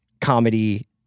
comedy